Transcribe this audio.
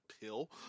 pill